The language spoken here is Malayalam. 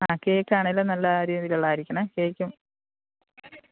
ആ കേക്ക് ആണെങ്കിലും നല്ല രീതിയിലുള്ളത് ആയിരിക്കണേ കേക്കും